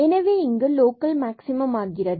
எனவே இங்கு local maximum ஆகிறது